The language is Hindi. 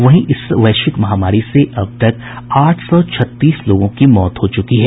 वहीं इसी इस वैश्विक महामारी से अब तक आठ सौ छत्तीस लोगों की मौत हो चुकी है